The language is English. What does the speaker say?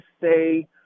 say